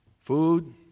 food